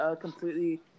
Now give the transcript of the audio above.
completely